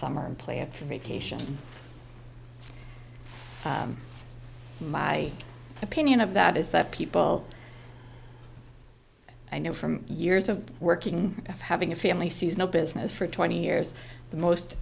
summer and play at three cation my opinion of that is that people i know from years of working of having a family sees no business for twenty years the most